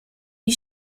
die